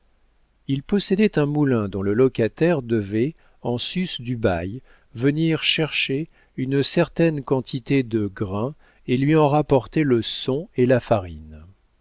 il possédait un moulin dont le locataire devait en sus du bail venir chercher une certaine quantité de grains et lui en rapporter le son et la farine